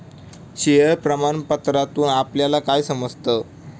Share प्रमाण पत्रातून आपल्याला काय समजतं?